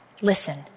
listen